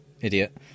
idiot